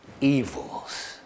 evils